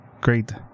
great